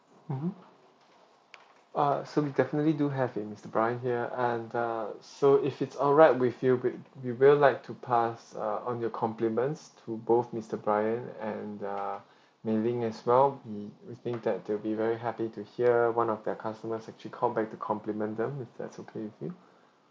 mmhmm uh so we definitely do have a mister brian here and uh so if it's alright with you with we will like to pass uh on your compliments to both mister brian and err mei ling as well we we think that they'll be very happy to hear one of their customers actually callback to compliment them if that's okay with you